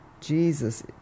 Jesus